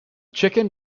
chicken